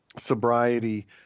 sobriety